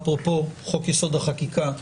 אפרופו חוק-יסוד החקיקה,